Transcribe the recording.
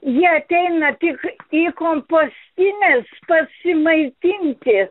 jie ateina tik į kompostines pasimaitinti